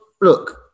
look